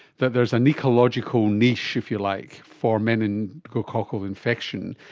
that there is an ecological niche, if you like, for meningococcal infection.